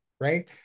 right